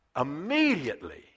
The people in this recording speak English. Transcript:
immediately